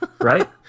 Right